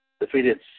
defeated